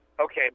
okay